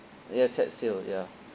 ya set sail ya